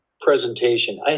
presentation